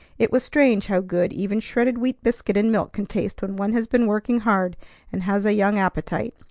it was strange how good even shredded-wheat biscuit and milk can taste when one has been working hard and has a young appetite,